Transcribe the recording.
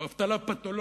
או אבטלה פתולוגית.